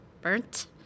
burnt